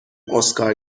اسکار